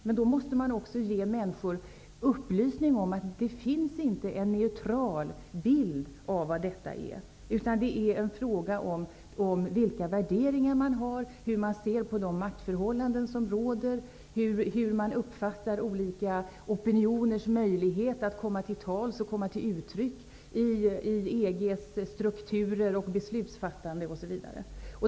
Men då måste man också ge människor upplysning om att det inte finns en neutral bild av vad detta är, utan att det är en fråga om vilka värderingar man har, hur man ser på de maktförhållanden som råder, hur man uppfattar olika opinioners möjlighet att komma till tals och uttryck i EG:s strukturer och beslutsfattande osv.